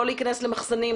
לא להיכנס למחסנים,